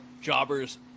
Jobbers